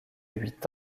huit